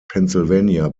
pennsylvania